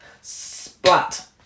Splat